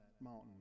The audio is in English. mountain